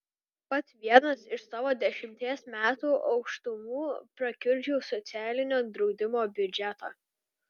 pats vienas iš savo dešimties metų aukštumų prakiurdžiau socialinio draudimo biudžetą